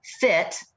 fit